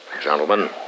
Gentlemen